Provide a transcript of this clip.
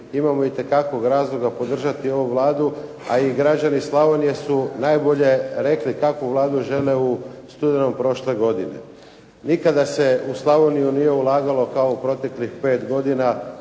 imamo itekakvog razloga podržati ovu Vladu, a i građani Slavonije su najbolje rekli kakvu Vladu žele u studenom prošle godine. Nikada se u Slavoniju nije ulagalo kao u proteklih pet godina,